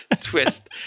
Twist